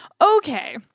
Okay